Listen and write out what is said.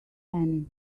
annie